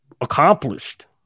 accomplished